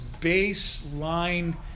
baseline